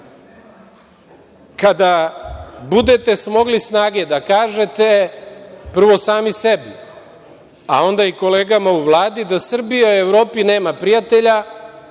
budete smogli snage da kažete, prvo sami sebi, a onda i kolegama u Vladi, da Srbija u Evropi nema prijatelja